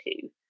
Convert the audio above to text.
two